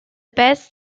best